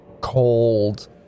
cold